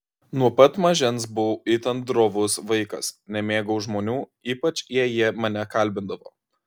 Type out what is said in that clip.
nuo pat mažens buvau itin drovus vaikas nemėgau žmonių ypač jei jie mane kalbindavo